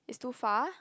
is too far